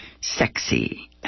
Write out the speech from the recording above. sexy